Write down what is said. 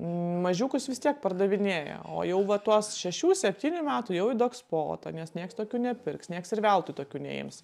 mažiukus vis tiek pardavinėja o jau va tuos šešių septynių metų jau į dogspotą nes nieks tokių nepirks nieks ir veltui tokių neims